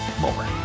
more